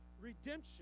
redemption